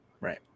Right